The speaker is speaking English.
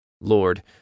Lord